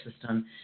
system